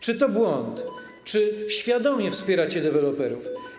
Czy to błąd, czy świadomie wspieracie deweloperów?